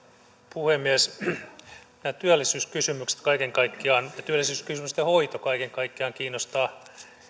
puhemies nämä työllisyyskysymykset kaiken kaikkiaan ja työllisyyskysymysten hoito kaiken kaikkiaan kiinnostavat